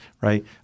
right